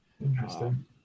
Interesting